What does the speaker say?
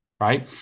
right